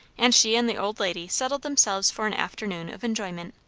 and she and the old lady settled themselves for an afternoon of enjoyment.